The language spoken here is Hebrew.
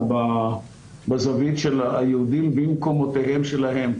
בזווית של היהודים במקומותיהם שלהם,